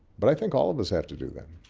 but i think all of us have to do that.